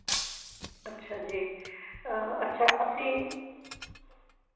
ਅੱਛਾ ਜੀ ਅੱਛਾ ਅਸੀਂ